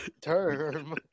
term